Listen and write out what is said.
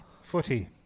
Footy